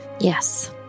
Yes